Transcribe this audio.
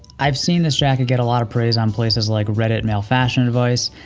i've seen this jacket get a lot of praise on places like reddit male fashion advice.